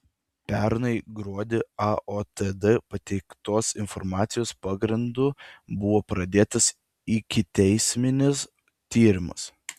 pernai gruodį aotd pateiktos informacijos pagrindu buvo pradėtas ikiteisminis tyrimas